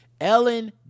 Ellen